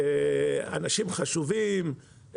אנשים חשובים,